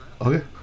Okay